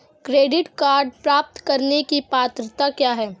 Credit card प्राप्त करने की पात्रता क्या है?